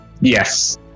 Yes